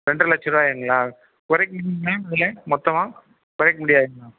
ரெண்டரை லட்சம் ரூவாய்ங்களா குறைப்பீங்களா அதில் மொத்தமாக குறைக்க முடியாதுங்களா